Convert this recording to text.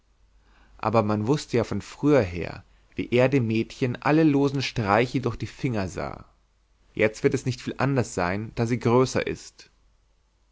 aber man wußte ja von früher her wie er dem mädchen alle losen streiche durch die finger sah jetzt wird es nicht viel anders sein da sie größer ist